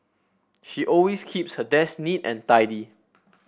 she always keeps her desk neat and tidy